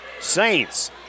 Saints